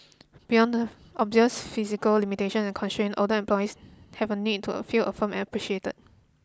beyond the obvious physical limitation and constraint older employees have a need to a feel affirmed and appreciated